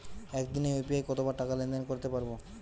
একদিনে ইউ.পি.আই কতবার টাকা লেনদেন করতে পারব?